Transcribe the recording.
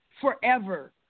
forever